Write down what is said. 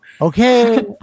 okay